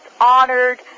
honored